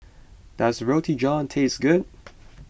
does Roti John taste good